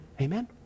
Amen